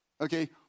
Okay